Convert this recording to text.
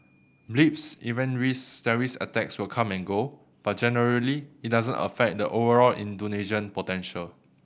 blips event risk terrorist attacks will come and go but generally it doesn't affect the overall Indonesian potential